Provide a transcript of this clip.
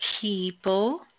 people